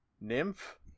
Nymph